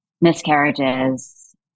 miscarriages